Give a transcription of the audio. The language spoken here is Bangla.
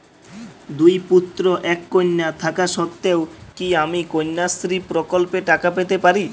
দুই পুত্র এক কন্যা থাকা সত্ত্বেও কি আমি কন্যাশ্রী প্রকল্পে টাকা পেতে পারি?